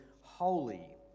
holy